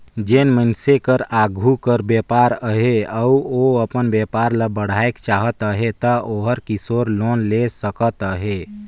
जेन मइनसे कर आघु कर बयपार अहे अउ ओ अपन बयपार ल बढ़ाएक चाहत अहे ता ओहर किसोर लोन ले सकत अहे